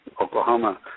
Oklahoma